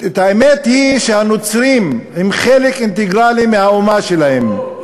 האמת היא שהנוצרים הם חלק אינטגרלי של האומה שלהם.